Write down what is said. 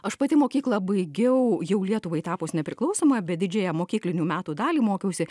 aš pati mokyklą baigiau jau lietuvai tapus nepriklausoma bet didžiąją mokyklinių metų dalį mokiausi